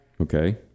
Okay